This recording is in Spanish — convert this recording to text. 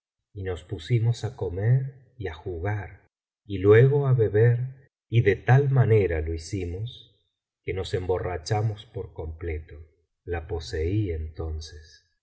y nos pusimos á comer y á jugar y luego á beber y de tal manera lo hicimos que nos emborrachamos por completo la poseí entonces